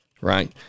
right